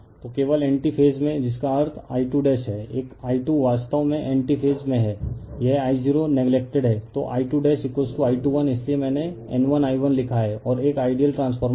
तो केवल anti phase में जिसका अर्थ I2 हैएक I2 वास्तव में एंटी फेज में है यह I0 नेग्लेक्टेड है तो I2I1 इसलिए मैंने N1I1 लिखा है और एक आइडियल ट्रांसफार्मर से